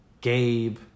Gabe